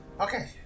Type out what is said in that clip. Okay